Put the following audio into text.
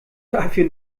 dafür